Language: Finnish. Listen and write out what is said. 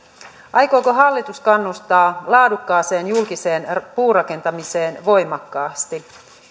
aikooko hallitus kannustaa laadukkaaseen julkiseen puurakentamiseen voimakkaasti